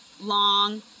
long